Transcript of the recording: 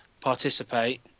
participate